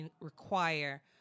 require